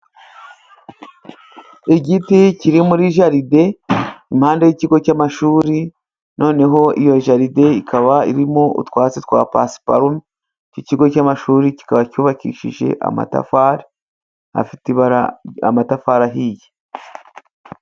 Igiti kiri muri jaride impande y'ikigo cy'amashuri, iyo jaride ikaba irimo utwatsi twa pasiparumu. Ikigo cy'amashuri kikaba cyubakishije amatafari afite ibara ry'amatafari ahiye.